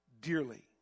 Dearly